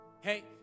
Hey